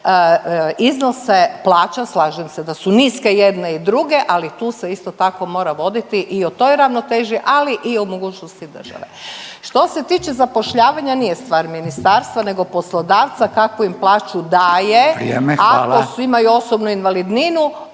iznose plaća. Slažem se da su niske jedne i druge, ali tu se isto tako mora voditi i o toj ravnoteži, ali i o mogućnosti države. Što se tiče zapošljavanja nije stvar ministarstva nego poslodavca kakvu im plaću daje …/Upadica Radin: